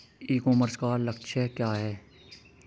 ई commerce का लक्ष्य क्या है?